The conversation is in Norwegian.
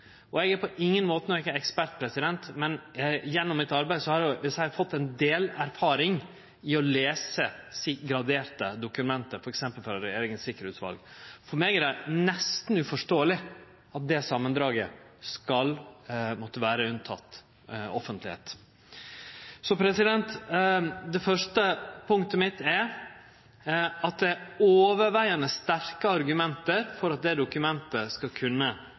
offentlegheit. Eg er på ingen måte nokon ekspert, men gjennom arbeidet mitt har eg – vil eg seie – fått ein del erfaring i å lese graderte dokument, f.eks. frå Regjeringas Sikkerheitsutval. For meg er det nesten uforståeleg at det samandraget må vere unnateke offentlegheit. Det første punktet mitt er at det i det store og heile er sterke argument for at dokumentet, samandraget, skal kunne